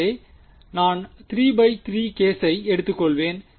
எனவே நான் 3 பை 3 கேஸை எடுத்துக்கொள்வேன்